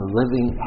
living